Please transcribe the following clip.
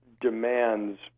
demands